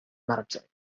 marĉoj